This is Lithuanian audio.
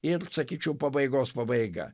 ir sakyčiau pabaigos pabaiga